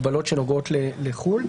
הגבלות שנוגעות לחו"ל.